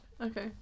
Okay